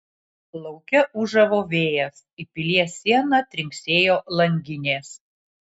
lauke ūžavo vėjas į pilies sieną trinksėjo langinės